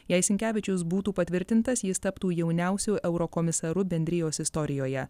jei sinkevičius būtų patvirtintas jis taptų jauniausiu eurokomisaru bendrijos istorijoje